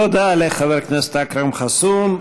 תודה לחבר הכנסת אכרם חסון.